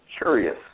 curious